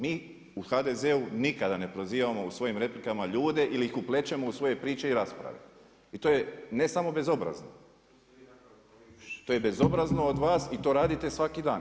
Mi u HDZ-u nikada ne prozivamo u svojim replikama ljude ili ih uplićemo u svoje priče i rasprave i to je ne samo bezobrazno, to je bezobrazno od vas i to radite svaki dan.